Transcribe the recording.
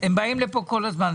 הם באים לפה כל הזמן.